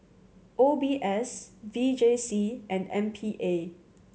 O B S V J C and M P A